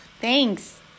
thanks